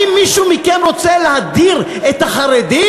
האם מישהו מכם רוצה להדיר את החרדים,